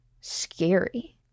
scary